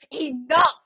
enough